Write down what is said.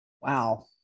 Wow